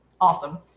Awesome